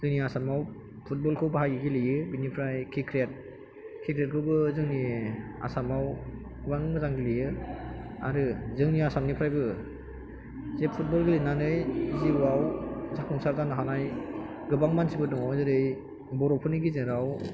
जोंनि आसामाव फुटबलखौ बाहायो गेलेयो बिनिफ्राय क्रिकेट क्रिकेटखौबो जोंनि आसामाव गोबां मोजां गेलेयो आरो जोंनि आसामनिफ्रायबो जे फुटबल गेलेनानै जिउआव जाफुंसार जानो हानाय गोबां मानसिफोर दङ जेरै बर'फोरनि गेजेराव